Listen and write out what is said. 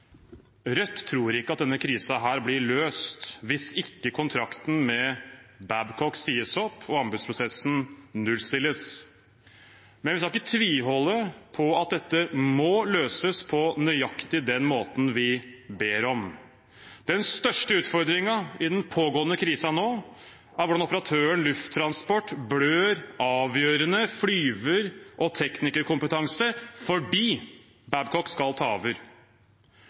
Rødt tror ikke at denne krisen blir løst hvis ikke kontrakten med Babcock sies opp og anbudsprosessen nullstilles. Men vi skal ikke tviholde på at dette må løses på nøyaktig den måten vi ber om. Den største utfordringen i den pågående krisen nå er hvordan operatøren Lufttransport blør avgjørende flyver- og teknikerkompetanse fordi Babcock skal ta over.